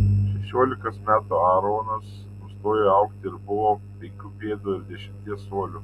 šešiolikos metų aaronas nustojo augti ir buvo penkių pėdų ir dešimties colių